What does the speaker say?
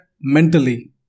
mentally